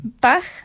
Bach